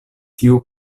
tiu